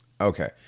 Okay